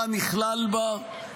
מה נכלל בה,